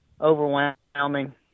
overwhelming